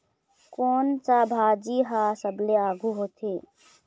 कोन सा भाजी हा सबले आघु होथे?